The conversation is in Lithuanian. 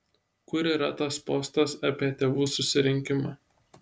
kur yra tas postas apie tėvų susirinkimą